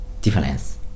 difference